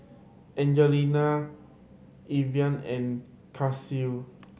Angelita Evalyn and Cassie